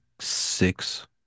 six